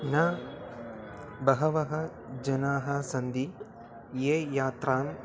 न बहवः जनाः सन्ति ये यात्राम्